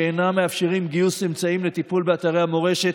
שאינם מאפשרים גיוס אמצעים לטיפול באתרי המורשת,